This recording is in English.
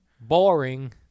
Boring